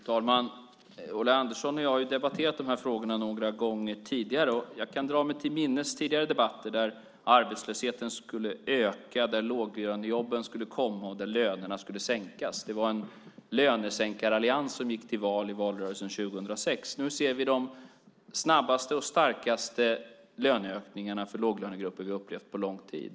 Fru talman! Ulla Andersson och jag har debatterat dessa frågor några gånger tidigare. Jag kan dra mig till minnes tidigare debatter där det har sagts att arbetslösheten skulle öka, att låglönejobben skulle komma och att lönerna skulle sänkas. Det var en lönesänkarallians som gick till val i valrörelsen 2006. Nu ser vi de snabbaste och starkaste löneökningar för låglönegrupper som vi har upplevt på lång tid.